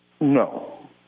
No